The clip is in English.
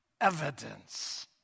evidence